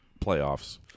playoffs